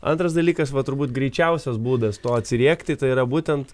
antras dalykas va turbūt greičiausias būdas to atsiriekti tai yra būtent